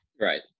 Right